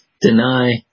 deny